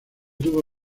tuvo